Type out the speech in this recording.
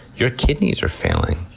your kidneys are failing.